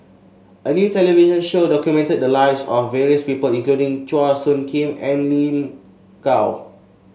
a new television show documented the lives of various people including Chua Soo Khim and Lin Gao